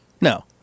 No